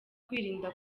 kwirinda